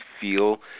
feel